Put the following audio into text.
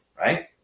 right